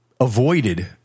avoided